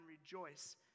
rejoice